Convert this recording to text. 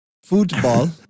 Football